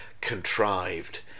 contrived